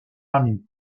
ami